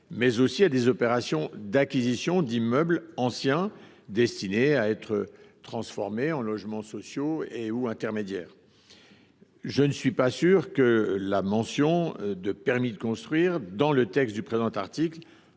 mais aussi à des opérations d’acquisition d’immeubles anciens destinés à être transformés en logements sociaux ou intermédiaires. Je ne suis pas sûr que la mention du permis de construire dans le texte du présent article